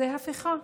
זו הפיכה.